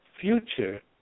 future